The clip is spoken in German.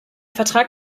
vertrag